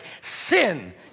sin